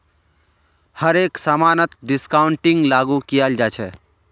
हर एक समानत डिस्काउंटिंगक लागू कियाल जा छ